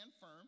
firm